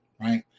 right